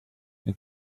and